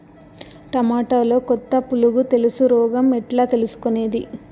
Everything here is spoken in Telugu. టమోటాలో కొత్త పులుగు తెలుసు రోగం ఎట్లా తెలుసుకునేది?